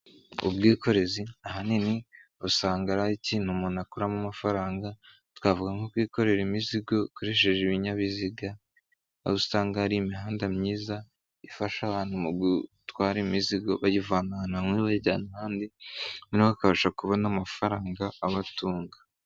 Ubwikorezi ahanini, usanga ari ikintu umuntu akuramo amafaranga, twavuga nko kwikorera imizigo ukoresheje ibinyabiziga, ahusanga ari imihanda myiza, ifasha abantu mu gutwara imizigo bayivana ahantu hamwe bayijyana ahandi na akabasha kubona amafaranga abatunga.